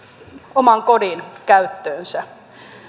oman kodin käyttöönsä